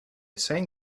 sang